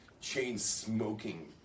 chain-smoking